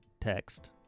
text